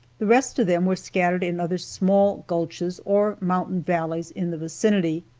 the rest of them were scattered in other small gulches or mountain valleys in the vicinity.